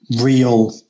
Real